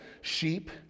Sheep